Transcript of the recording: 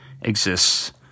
exists